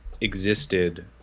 existed